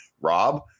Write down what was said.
Rob